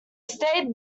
stayed